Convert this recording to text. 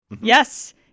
yes